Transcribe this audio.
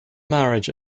marriage